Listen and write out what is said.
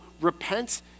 repent